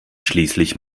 schließlich